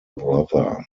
brother